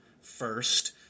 first